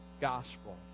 gospel